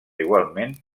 igualment